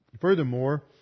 furthermore